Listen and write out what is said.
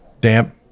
damp